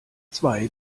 zwei